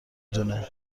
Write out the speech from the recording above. دونه